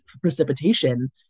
precipitation